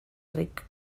ric